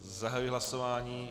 Zahajuji hlasování.